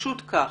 פשוט כך.